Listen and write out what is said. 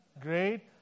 great